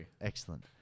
Excellent